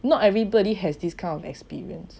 not everybody has this kind of experience